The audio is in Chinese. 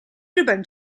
日本